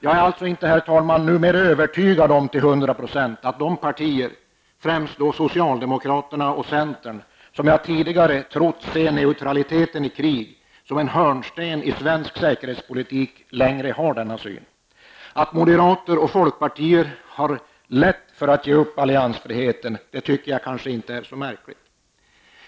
Jag är alltså inte numera övertygad till hundra procent att de partier, främst socialdemokraterna och centern, som jag tidigare trott anser neutraliteten i krig vara en hörnsten i Sveriges säkerhetspolitik längre har denna syn. Att moderaterna och folkpartiet har lätt för att ge upp alliansfriheten är kanske inte så märkligt.